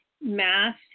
math